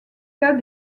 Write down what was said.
cas